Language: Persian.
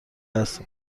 است